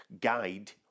guide